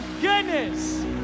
goodness